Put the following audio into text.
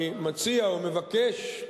אני מציע ומבקש,